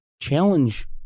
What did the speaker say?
Challenge